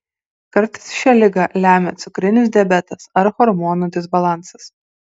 kartais šią ligą lemia cukrinis diabetas ar hormonų disbalansas